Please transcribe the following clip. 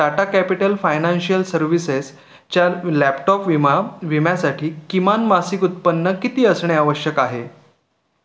Tata Capital Financial Services च्या laptop विमा विम्यासाठी किमान मासिक उत्पन्न किती असणे आवश्यक आहे